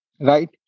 Right